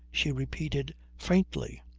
she repeated faintly,